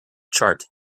chart